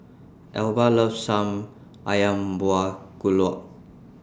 Elba loves Some Ayam Buah